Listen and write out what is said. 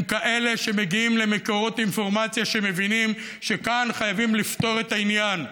הם מגיעים למקורות אינפורמציה ומבינים שכאן חייבים לפתור את העניין,